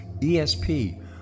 ESP